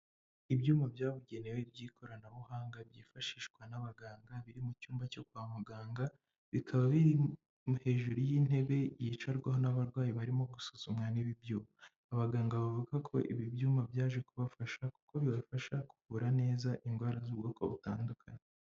Ibyuma byabugenewe by'ikoranabuhanga byifashishwa n'abaganga biri mu cyumba cyo kwa muganga, bikaba biri hejuru y'intebe yicarwaho n'abarwayi barimo gusuzumwa n'ibi byuma. Abaganga bavuga ko ibi byuma byaje kubafasha, kuko bibafasha kuvura neza indwara z'ubwoko butandukanye.